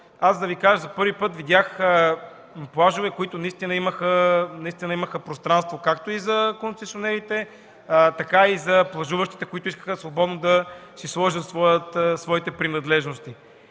аз ще Ви кажа, че за първи път видях плажове, които наистина имаха пространство както за концесионерите, така и за плажуващите, които искаха свободно да си сложат своите принадлежности.